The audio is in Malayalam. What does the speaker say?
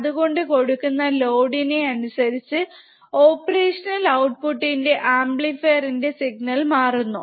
അത്കൊണ്ട് കൊടുക്കുന്ന ലോഡിനെ അനുസരിച് ഓപ്പറേഷണൽ ഔട്ട്പുട് ന്റെ അമ്പ്ലിഫീർ ലെ സിഗ്നൽമാറുന്നു